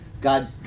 God